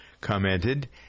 commented